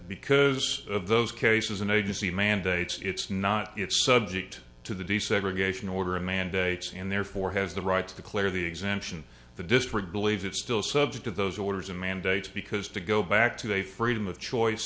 because of those cases an agency mandates it's not it's subject to the desegregation order a mandate and therefore has the right to declare the exemption the district believes it's still subject to those orders and mandates because to go back to a freedom of choice